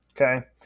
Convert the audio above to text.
Okay